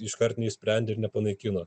iškart neišsprendė ir nepanaikino